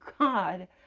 God